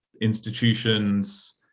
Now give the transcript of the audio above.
institutions